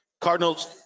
Cardinals